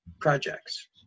projects